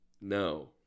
No